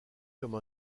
comme